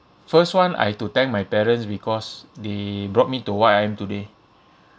first [one] I've to thank my parents because they brought me to what I am today